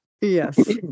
Yes